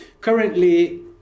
currently